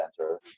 center